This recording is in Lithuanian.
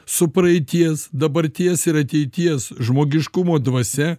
su praeities dabarties ir ateities žmogiškumo dvasia